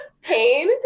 pain